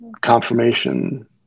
confirmation